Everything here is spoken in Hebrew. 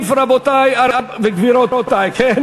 55 מתנגדים, 41 בעד.